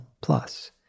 Plus